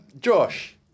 Josh